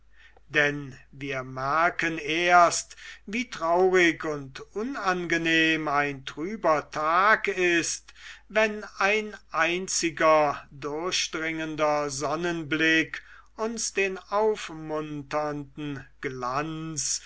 denn wir merken erst wie traurig und unangenehm ein trüber tag ist wenn ein einziger durchdringender sonnenblick uns den aufmunternden glanz